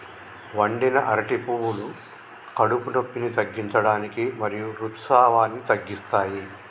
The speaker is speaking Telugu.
వండిన అరటి పువ్వులు కడుపు నొప్పిని తగ్గించడానికి మరియు ఋతుసావాన్ని తగ్గిస్తాయి